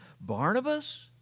Barnabas